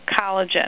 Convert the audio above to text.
collagen